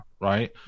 right